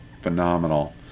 Phenomenal